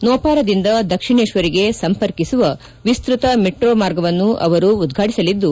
ನೋಪಾರಾದಿಂದ ದಕ್ಷಿಣೇಶ್ವರ್ಗೆ ಸಂಪರ್ಕಿಸುವ ವಿಸ್ನತ ಮೆಟೋ ಮಾರ್ಗವನ್ನು ಅವರು ಉದ್ರಾಟಸಲಿದ್ದು